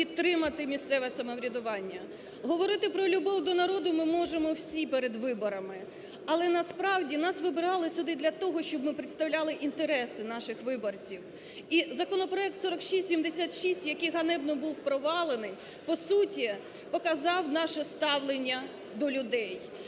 підтримати місцеве самоврядування. Говорити про любов до народу ми можемо всі перед виборами. Але, насправді, нас вибирали сюди для того, щоб ми представляли інтереси наших виборців. І законопроект 4676, який ганебно був провалений. По суті, показав наше ставлення до людей.